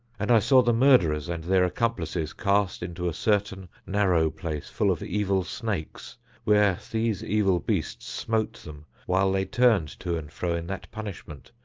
and i saw the murderers and their accomplices cast into a certain narrow place full of evil snakes where these evil beasts smote them while they turned to and fro in that punishment,